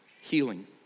healing